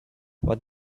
what